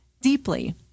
deeply